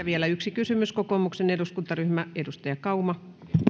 vielä yksi kysymys kokoomuksen eduskuntaryhmä edustaja kauma